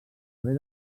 haver